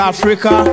Africa